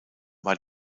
war